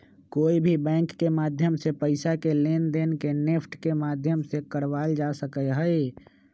कोई भी बैंक के माध्यम से पैसा के लेनदेन के नेफ्ट के माध्यम से करावल जा सका हई